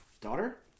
daughter